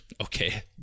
Okay